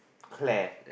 Claire